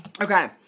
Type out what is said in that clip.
Okay